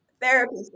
therapy